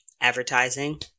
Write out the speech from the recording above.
advertising